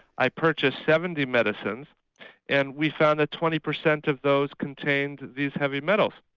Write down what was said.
i purchased seventy medicines and we found that twenty percent of those contained these heavy metals.